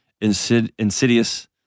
insidious